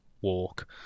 walk